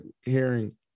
hearing